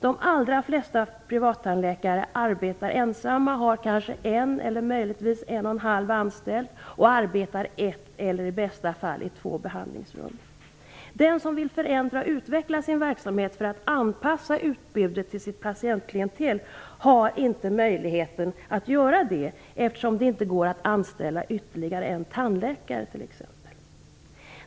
De allra flesta privattandläkare arbetar ensamma, har en eller kanske en och en halv anställd och arbetar i ett eller i bästa fall två arbetsrum. Den som vill förändra och utveckla sin verksamhet för att anpassa utbudet till sitt klientel har inte möjlighet att göra det därför att det inte går att anställa ytterligare en tandläkare.